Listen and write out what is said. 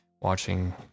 watching